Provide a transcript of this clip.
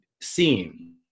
seen